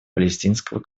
палестинского